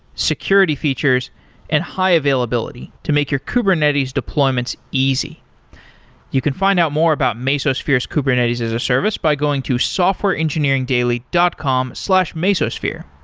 security features and high availability, to make your kubernetes deployments easy you can find out more about mesosphere's kubernetes as a service by going to softwareengineeringdaily dot com slash mesosphere.